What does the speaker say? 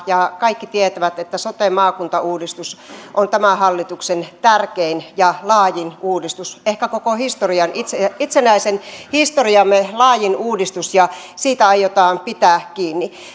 ja kaikki tietävät että sote maakuntauudistus on tämän hallituksen tärkein ja laajin uudistus ehkä koko itsenäisen historiamme laajin uudistus ja siitä aiotaan pitää kiinni